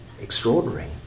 Extraordinary